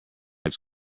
its